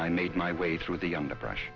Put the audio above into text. i made my way through the underbrush